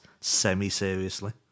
semi-seriously